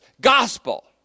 gospel